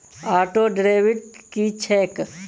Auto debit की छैक?